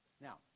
Now